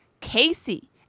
Casey